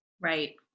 Right